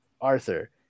arthur